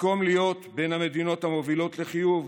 במקום להיות בין המדינות המובילות לחיוב,